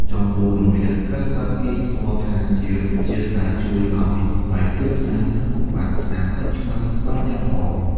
ចំពោះ រមៀតត្រូវបានគេស្គាល់ថាជារុក្ខជាតិដែលជួយឱ្យស្បែកភ្លឺថ្លា និងបំបាត់ស្នាមអុចខ្មៅបានយ៉ាងល្អ។